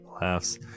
laughs